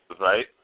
right